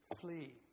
flee